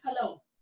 Hello